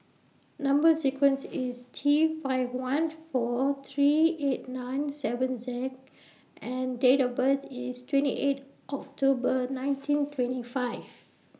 Number sequence IS T five one four three eight nine seven Z and Date of birth IS twenty eight October nineteen twenty five